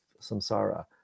samsara